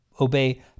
obey